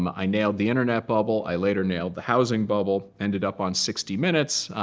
um i nailed the internet bubble. i later nailed the housing bubble ended up on sixty minutes.